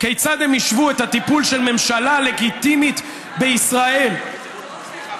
כיצד הם השוו את הטיפול של ממשלה לגיטימית בישראל במידה